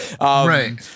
Right